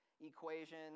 equation